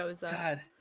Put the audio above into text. God